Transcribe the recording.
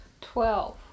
Twelve